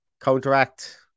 counteract